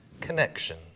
Connection